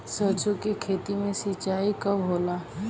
सरसों के खेत मे सिंचाई कब होला?